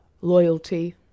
loyalty